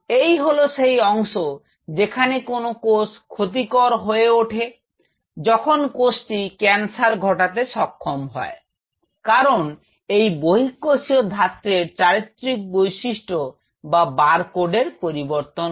এই হল সেই অংশ যেখানে কোনও কোষ ক্ষতিকর হয়ে ওঠে যখন কোষটি ক্যান্সার ঘটাতে সক্ষম হয় কারন এই বহিঃকোষীয় ধাত্রের চারিত্রিক বৈশিষ্ট্য বা বারকোডের পরিবর্তন হয়